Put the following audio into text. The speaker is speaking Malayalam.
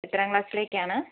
എത്രാം ക്ലാസ്സിലേക്കാണ്